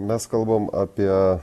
mes kalbam apie